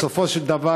בסופו של דבר,